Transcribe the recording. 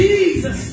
Jesus